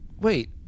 Wait